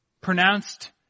pronounced